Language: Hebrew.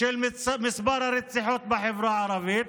של מספר הרציחות בחברה הערבית,